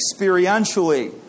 experientially